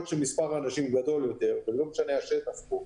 שמספר האנשים גדול יותר ולא משנה השטח פה,